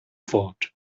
fort